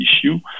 issue